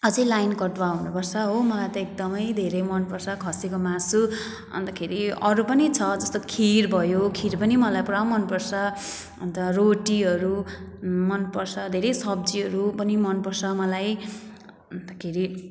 अझै लाइन कटुवा हुनुपर्छ हो मलाई त एकदमै धेरै मन पर्छ खसीको मासु अनि तखेरि अरू पनि छ जस्तो खिर भयो खिर पनि मलाई पुरा मन पर्छ अन्त रोटीहरू मन पर्छ धेरै सब्जीहरू पनि मन पर्छ मलाई अनि तखेरि